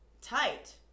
tight